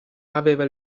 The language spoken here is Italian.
aveva